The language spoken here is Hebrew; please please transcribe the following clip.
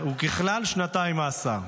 הוא ככלל שנתיים מאסר.